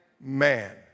man